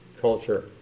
culture